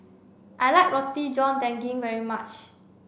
I like Roti John Daging very much